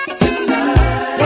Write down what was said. tonight